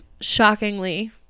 Shockingly